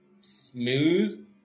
smooth